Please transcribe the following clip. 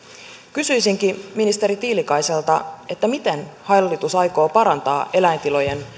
kysyisinkin ministeri tiilikaiselta miten hallitus aikoo parantaa eläintilojen